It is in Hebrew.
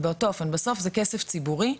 באותו אופן, בסוף זה כסף ציבורי,